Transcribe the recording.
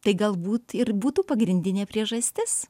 tai galbūt ir būtų pagrindinė priežastis